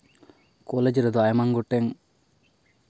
college ᱨᱮᱫᱚ ᱟᱭᱢᱟ ᱜᱚᱴᱮᱱ